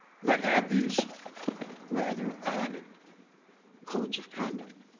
that had these rather odd codes of conduct.